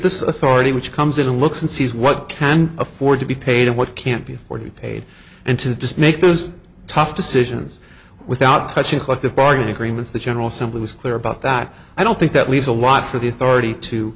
this authority which comes in and looks and sees what can afford to be paid and what can't be afforded paid into the just make those tough decisions without touching collective bargaining agreements the general simply was clear about that i don't think that leaves a lot for the authority to